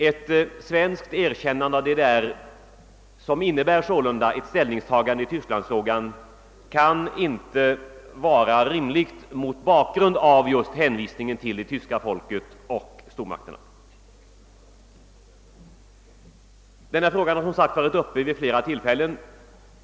Ett svenskt erkännande av DDR — som alltså innebär ett ställningstagande i Tysklandsfrågan — kan därför inte mot bakgrunden av denna deklaration vara riktig. Denna fråga har, som sagt, behandjats av riksdagen vid flera tillfällen.